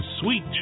sweet